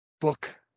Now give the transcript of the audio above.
book